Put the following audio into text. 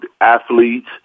athletes